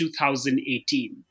2018